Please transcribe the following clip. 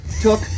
took